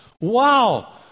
Wow